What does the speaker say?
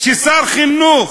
כששר חינוך,